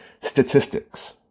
statistics